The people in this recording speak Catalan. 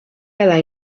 quedar